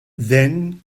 then